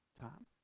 Tom